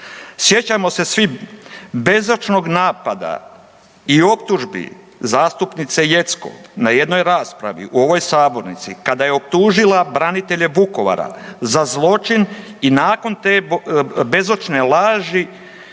Sjećamo se svi bezočnog napada i optužbi zastupnice Jeckov u ovoj Sabornici, kada je optužila branitelje Vukovara za zločin i nakon te bezočne laži